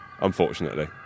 unfortunately